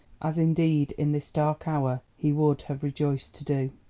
as indeed in this dark hour he would have rejoiced to do.